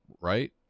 Right